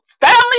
family